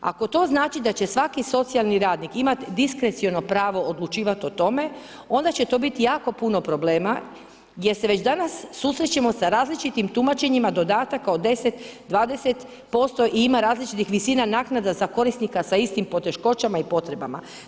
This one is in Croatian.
Ako to znači da će svaki socijalni radnik imati diskreciono pravo odlučivati o tome onda će to biti jako puno problema jer se već danas susrećemo sa različitim tumačenjima dodataka od 10, 20% i ima različitih visina naknada za korisnika sa istim poteškoćama i potrebama.